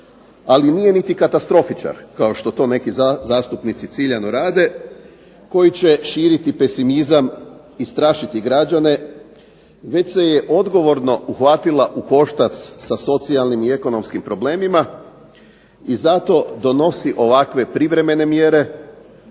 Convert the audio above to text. ali nije niti katastrofičar, kao što to neki zastupnici ciljano rade, koji će širiti pesimizam i strašiti građane, već se je odgovorno uhvatila u koštac sa socijalnim i ekonomskim problemima i zato donosi ovakve privremene mjere,